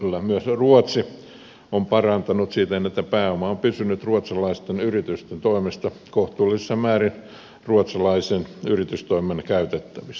kyllä myös ruotsi on parantanut siten että pääoma on pysynyt ruotsalaisten yritysten toimesta kohtuullisessa määrin ruotsalaisen yritystoiminnan käytettävissä